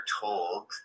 told